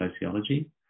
sociology